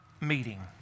meeting